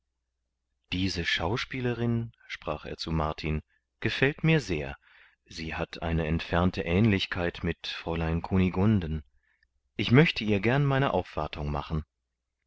diese schauspielerin sprach er zu martin gefällt mir sehr sie hat eine entfernte aehnlichkeit mit fräulein kunigunden ich möchte ihr gern meine aufwartung machen